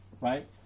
right